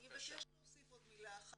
אני רוצה להוסיף עוד מילה אחת.